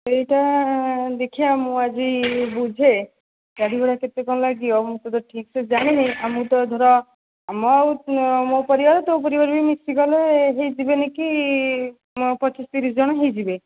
ସେଇଟା ଦେଖିବା ମୁଁ ଆଜି ବୁଝେ ଗାଡ଼ି ଭଡ଼ା କେତେ କ'ଣ ଲାଗିବ ମୁଁ ତ ଠିକ୍ସେ ଜାଣିନି ଆଉ ମୁଁ ତ ଧର ମୋ ଆଉ ମୋ ପରିବାର ତୋ ପରିବାର ବି ମିଶିଗଲେ ହୋଇଯିବନି କି ପଚିଶ ତିରିଶ ଜଣ ହୋଇଯିବେ